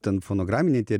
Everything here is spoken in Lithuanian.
ten fonograminiai tie